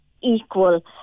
equal